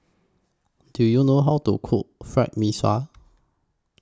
Do YOU know How to Cook Fried Mee Sua